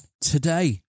today